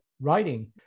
writing